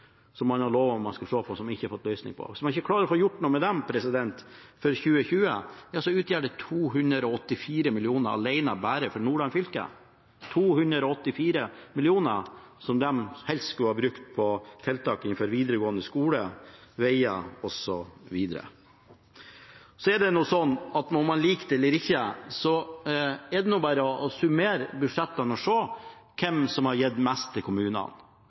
som man har lovet at man skal se på, men som man ikke har funnet en løsning på. Hvis man ikke klarer å få gjort noe med dem før 2020, utgjør det 284 mill. kr bare for Nordland fylke alene – 284 mill. kr, som de helst skulle brukt på tiltak innenfor videregående skole, veger osv. Om man liker det eller ikke, er det bare å summere budsjettene og se hvem som har gitt mest til kommunene,